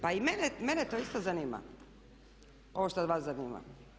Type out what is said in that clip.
Pa i mene to isto zanima, ovo što vas zanima.